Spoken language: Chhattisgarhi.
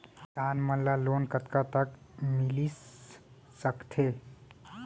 किसान मन ला लोन कतका तक मिलिस सकथे?